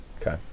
Okay